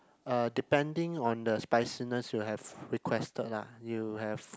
uh depending on the spiciness you have requested ah you have